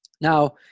Now